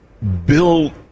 Bill